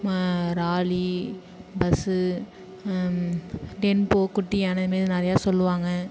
ராலி bus tempo குட்டியான இதுமாரி நிறையா சொல்லுவாங்க